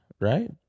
right